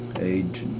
age